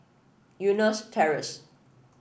Eunos Terrace